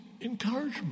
encouragement